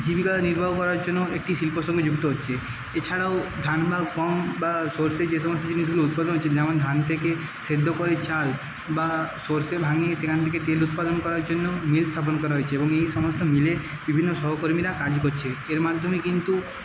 জীবিকা নির্বাহ করার জন্য একটি শিল্পর সঙ্গে যুক্ত হচ্ছে এছাড়াও ধান বা গম বা সরষে যে সমস্ত জিনিস উৎপাদন হচ্ছে যেমন ধান থেকে সেদ্ধ করে চাল বা সরষে ভাঙ্গিয়ে সেখান থেকে তেল উৎপাদন করার জন্য মিল স্থাপন করা হয়েছে এবং এই সমস্ত মিলে বিভিন্ন সহকর্মীরা কাজ করছে এর মাধ্যমে কিন্তু